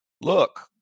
look